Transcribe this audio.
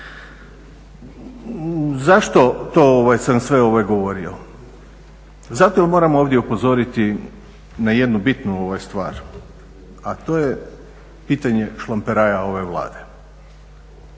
Zašto sam to sve govorio? Zato jer moram ovdje upozoriti na jednu bitnu stvar, a to je pitanje šlamperaja ove Vlade.